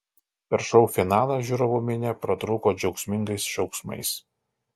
per šou finalą žiūrovų minia pratrūko džiaugsmingais šauksmais